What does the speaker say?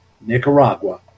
Nicaragua